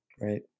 Right